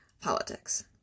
politics